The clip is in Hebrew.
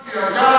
נכנסתי,